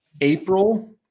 April